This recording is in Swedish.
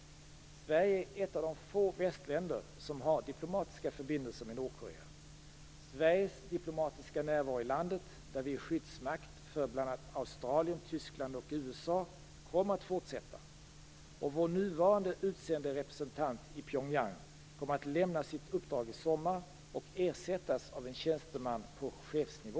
Sverige är ett av de få västländer som har diplomatiska förbindelser med Nordkorea. Sveriges diplomatiska närvaro i landet, där vi är skyddsmakt för bl.a. Australien, Tyskland och USA, kommer att fortsätta. Vår nuvarande utsände representant i Pyongyang kommer att lämna sitt uppdrag i sommar och ersättas av en tjänsteman på chefsnivå.